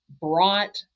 brought